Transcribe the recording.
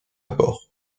bord